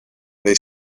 they